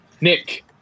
Nick